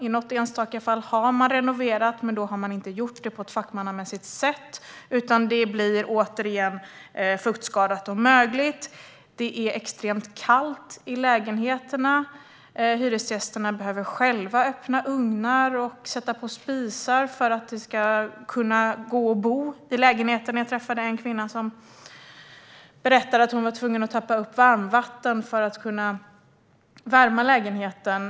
I något enstaka fall har man renoverat. Men då har man inte gjort det på ett fackmannamässigt sätt, så det blir återigen fuktskadat och mögligt. Det är extremt kallt i lägenheterna. Hyresgästerna behöver själva öppna ugnar och sätta på spisar för att det ska gå att bo i lägenheterna. Jag träffade en kvinna som berättade att hon var tvungen att tappa upp varmvatten för att kunna värma lägenheten.